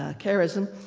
ah charism.